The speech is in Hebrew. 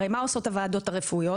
מה הוועדות הרפואיות עושות?